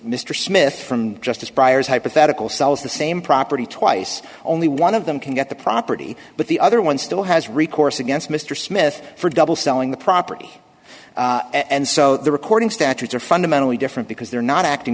mr smith from justice briar's hypothetical sells the same property twice only one of them can get the property but the other one still has recourse against mr smith for double selling the property and so the recording statutes are fundamentally different because they're not acting